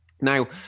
Now